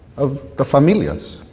of the familias.